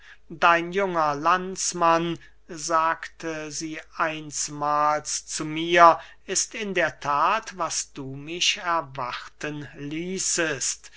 dein junger landsmann sagte sie einsmahls zu mir ist in der that was du mich erwarten ließest